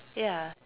ya